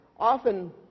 often